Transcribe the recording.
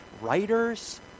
writers